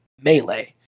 melee